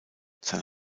sein